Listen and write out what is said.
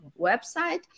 website